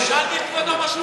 שאלתי את כבודו מה שלומו.